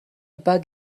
bug